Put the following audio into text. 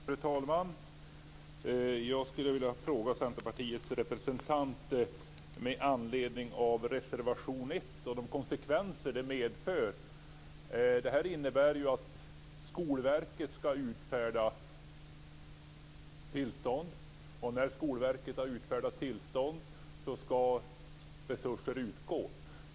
Fru talman! Jag skulle vilja ställa en fråga till Centerpartiets representant med anledning av reservation 1 och de konsekvenser den medför. Det här innebär ju att Skolverket skall utfärda tillstånd. När Skolverket har utfärdat tillstånd skall resurser utgå.